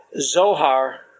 Zohar